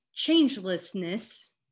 changelessness